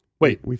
Wait